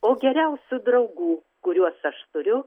o geriausių draugų kuriuos aš turiu